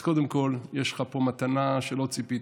אז קודם כול, יש לך פה מתנה שלא ציפית.